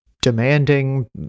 demanding